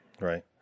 Right